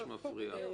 מה פירוש "מפריע"?